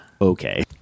Okay